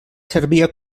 servia